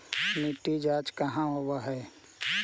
मिट्टी जाँच कहाँ होव है?